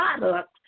product